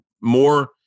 more